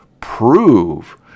prove